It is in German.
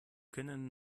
können